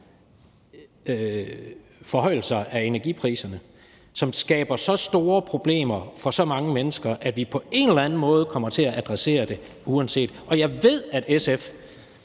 forhøjelser af energipriserne, som skaber så store problemer for så mange mennesker, at vi på en eller anden måde kommer til at adressere det uanset hvad. Og jeg ved, at SF